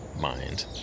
mind